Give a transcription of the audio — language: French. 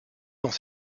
dans